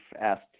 asked